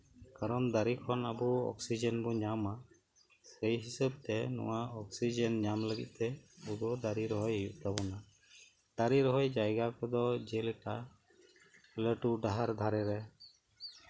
ᱠᱟᱨᱚᱱ ᱫᱟᱨᱮ ᱠᱷᱚᱱ ᱟᱵᱚ ᱚᱠᱥᱤᱡᱮᱱ ᱵᱚᱱ ᱧᱟᱢᱟ ᱥᱮᱭ ᱦᱤᱥᱟᱹᱵ ᱛᱮ ᱱᱚᱣᱟ ᱚᱠᱥᱤᱡᱮᱱ ᱧᱟᱢ ᱞᱟ ᱜᱤᱫ ᱛᱮ ᱟᱵᱚ ᱫᱟᱨᱮ ᱨᱚᱦᱚᱭ ᱦᱩᱭᱩᱜ ᱛᱟᱵᱚᱱᱟ ᱫᱟᱨᱮ ᱨᱚᱦᱚᱭ ᱡᱟᱭᱜᱟ ᱠᱚᱫ ᱚ ᱡᱮᱞᱮᱠᱟ ᱞᱟᱹᱴᱩ ᱰᱟᱦᱟᱨ ᱫᱷᱟᱨᱮ ᱨᱮ